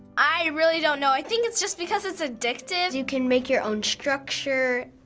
i really don't know. i think it's just because it's addictive. you can make your own structure.